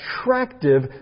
attractive